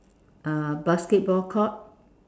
uh basketball court